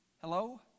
Hello